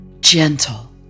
gentle